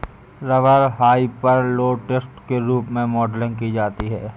rubber hyperelastic के रूप में मॉडलिंग की जाती है